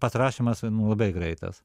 pats rašymas nu labai greitas